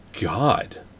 God